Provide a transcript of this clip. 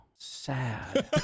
Sad